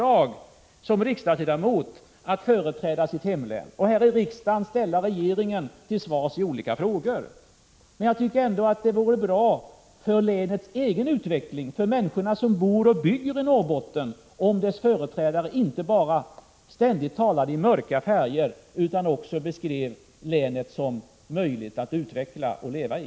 a iskogslänen uppgift att företräda sitt hemlän och här i riksdagen ställa regeringen till svars i olika frågor. Men jag tycker ändå att det vore bra för länets egen utveckling — för människorna som bor och bygger i Norrbotten — om dess företrädare inte bara ständigt målar i mörka färger utan också beskriver länet som möjligt att utveckla och att leva i.